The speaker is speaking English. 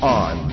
on